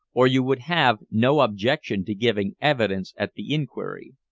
or you would have no objection to giving evidence at the inquiry.